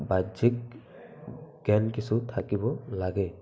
বাহ্যিক জ্ঞান কিছু থাকিব লাগে